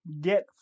get